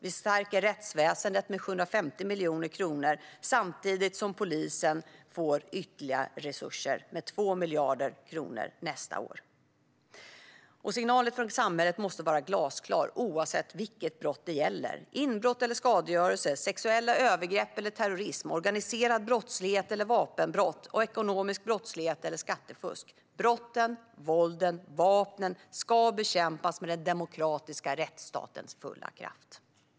Vi stärker rättsväsendet med 750 miljoner kronor samtidigt som polisen får ytterligare 2 miljarder kronor i resurser nästa år. Signalen från samhället måste vara glasklar oavsett vilket brott det gäller - inbrott eller skadegörelse, sexuella övergrepp eller terrorism, organiserad brottslighet eller vapenbrott, ekonomisk brottslighet eller skattefusk: Brotten, våldet och vapnen ska bekämpas med den demokratiska rättsstatens fulla kraft.